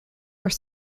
were